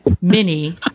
mini